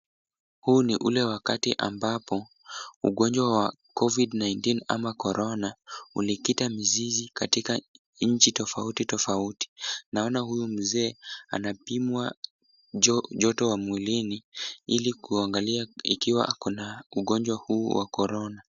Huu ni ule wakati ambapo ugonjwa wa Covid-19 ama Corona ulikita mizizi katika nchi tofauti tofauti. Naona huyu mzee anapimwa joto wa mwilini ili kuangalia ikiwa ako na ugonjwa huu wa korona.